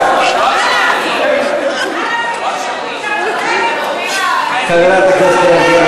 פחות, אני מקווה שאתה מעריך את זה.